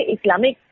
Islamic